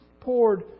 poured